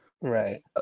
Right